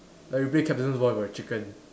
like we play captain's ball with a chicken